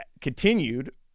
continued